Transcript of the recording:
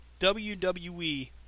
WWE